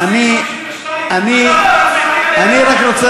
אני רק רוצה,